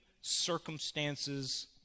circumstances